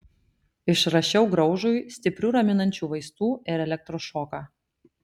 išrašiau graužui stiprių raminančių vaistų ir elektros šoką